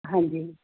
ਹਾਂਜੀ